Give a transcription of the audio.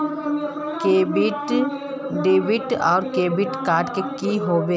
Debit आर credit card की होय?